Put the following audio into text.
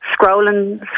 scrolling